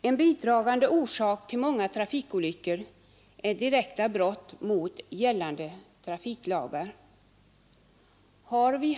En bidragande orsak till många trafikolyckor är direkta brott mot gällande trafiklagar.